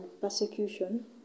persecution